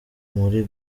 muri